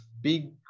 big